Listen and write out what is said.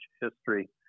history